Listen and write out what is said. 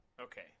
okay